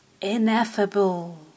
ineffable